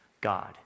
God